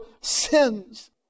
sins